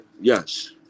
Yes